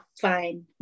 fine